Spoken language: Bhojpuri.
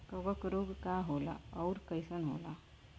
कवक रोग का होला अउर कईसन होला?